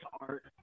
art